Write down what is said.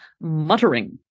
muttering